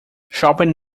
shopping